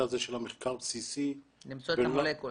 הזה של המחקר הבסיסי --- למצוא את המולקולה,